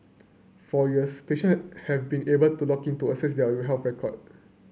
for years patient have been able to log in to access your health record